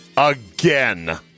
Again